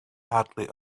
hardly